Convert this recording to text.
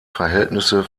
verhältnisse